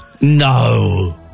No